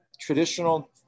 traditional